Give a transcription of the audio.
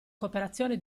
cooperazione